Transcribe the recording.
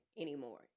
anymore